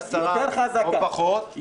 עשרה או פחות.